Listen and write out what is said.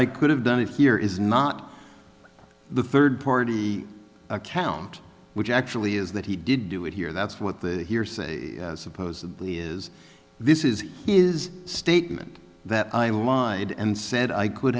i could have done it here is not the third party account which actually is that he did do it here that's what the hearsay supposedly is this is his statement that i lied and said i could